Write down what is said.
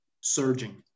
Surging